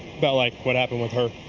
but like what happened with her.